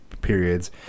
periods